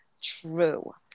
true